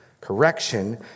correction